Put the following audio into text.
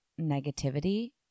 negativity